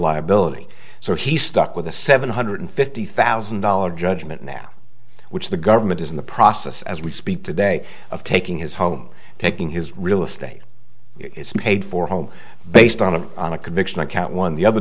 liability so he stuck with a seven hundred fifty thousand dollars judgment now which the government is in the process as we speak today of taking his home taking his real estate paid for home based on a on a conviction on count one the other